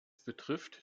betrifft